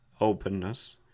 Openness